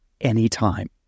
anytime